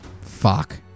fuck